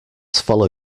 follow